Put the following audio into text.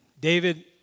David